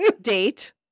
date